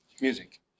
music